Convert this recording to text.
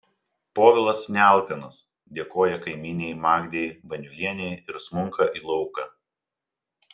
povilas nealkanas dėkoja kaimynei magdei baniulienei ir smunka į lauką